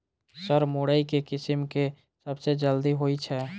Sir मुरई केँ किसिम केँ सबसँ जल्दी होइ छै?